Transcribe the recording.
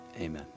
amen